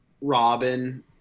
Robin